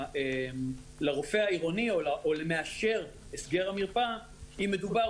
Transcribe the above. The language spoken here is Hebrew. לרופא העירוני או למאשר הסגר המרפאה אם מדובר